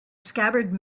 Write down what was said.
scabbard